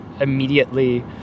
immediately